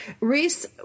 reese